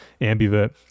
ambivert